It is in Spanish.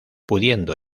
pudiendo